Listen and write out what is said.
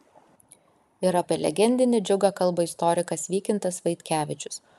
ir apie legendinį džiugą kalba istorikas vykintas vaitkevičius